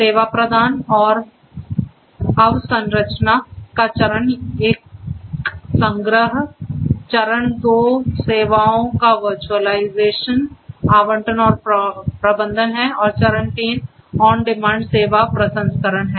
सेवा प्रदान और अवसंरचना का चरण एक संग्रह चरण दो सेवाओं का वर्चुअलाइजेशन आवंटन और प्रबंधन है और चरण तीन ऑन डिमांड सेवा प्रसंस्करण है